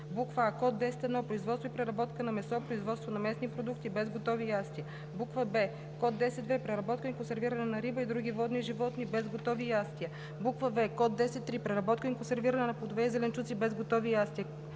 следва: а) код 10.1 – Производство и преработка на месо; производство на месни продукти, без готови ястия; б) код 10.2 – Преработка и консервиране на риба и други водни животни, без готови ястия; в) код 10.3 – Преработка и консервиране на плодове и зеленчуци, без готови ястия;